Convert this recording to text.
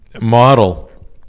model